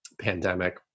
pandemic